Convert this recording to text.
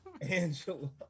Angela